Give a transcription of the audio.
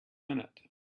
minute